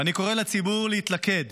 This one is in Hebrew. ואני קורא לציבור להתלכד,